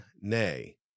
nay